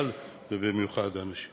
ובכלל ובמיוחד לאנשים